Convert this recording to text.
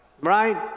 Right